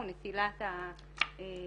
מען